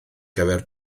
gyfer